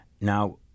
Now